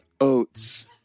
oats